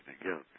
again